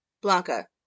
Blanca